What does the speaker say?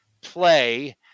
play